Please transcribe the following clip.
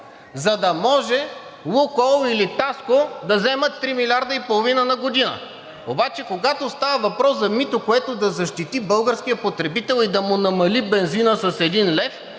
за да може „Лукойл“ и „Литаско“ да вземат 3,5 млрд. на година. Обаче, когато става въпрос за мито, което да защити българския потребител и да му намали бензина с 1 лев,